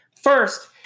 First